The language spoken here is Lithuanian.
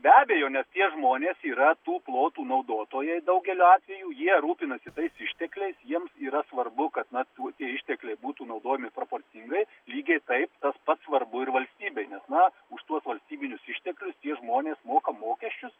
be abejo nes tie žmonės yra tų plotų naudotojai daugeliu atvejų jie rūpinasi tais ištekliais jiems yra svarbu kad na tų tie ištekliai būtų naudojami praporcingai lygiai taip tas pats svarbu ir valstybei nes na už tuos valstybinius išteklius tie žmonės moka mokesčius